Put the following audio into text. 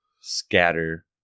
scatter